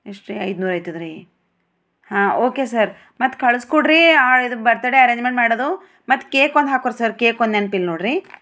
ಎಷ್ಟು ರಿ ಐದು ನೂರು ಆಯ್ತದ ರಿ ಹಾಂ ಓಕೆ ಸರ್ ಮತ್ತೆ ಕಳ್ಸಿ ಕೊಡಿ ರಿ ಇದು ಬರ್ತಡೇ ಅರೆಂಜ್ಮೆಂಟ್ ಮಾಡೋದು ಮತ್ತೆ ಕೇಕ್ ಒಂದು ಹಾಕೋರಿ ಸರ್ ಕೇಕ್ ಒಂದು ನೆನ್ಪಿಲ್ಲ ನೋಡಿರಿ